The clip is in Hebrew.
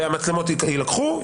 המצלמות יילקחו,